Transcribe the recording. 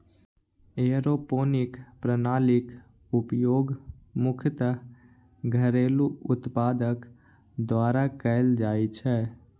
aeroponic प्रणालीक उपयोग मुख्यतः घरेलू उत्पादक द्वारा कैल जाइ छै